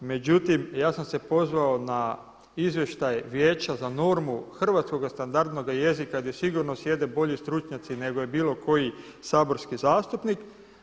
Međutim, ja sam se pozvao na izvještaj Vijeća za normu hrvatskoga standardnoga jezika gdje sigurno sjede bolji stručnjaci nego bilo koji saborski zastupnik.